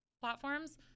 platforms